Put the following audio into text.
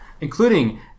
including